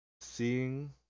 seeing